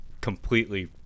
completely